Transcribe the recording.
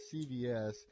CVS